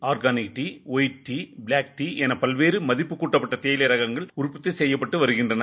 organic tea வொபிட்டி black tea என பல்வேறு மதிப்பு கூட்டப்பட்ட தேயிலை ரகங்கள் உற்பத்தி செய்யப்பட்டு வருகின்றன